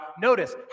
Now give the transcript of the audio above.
Notice